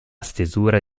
stesura